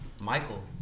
Michael